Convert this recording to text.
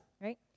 right